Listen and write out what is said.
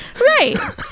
Right